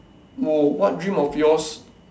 oh what dreams of yours